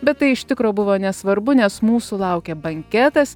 bet tai iš tikro buvo nesvarbu nes mūsų laukė banketas